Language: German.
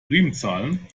primzahlen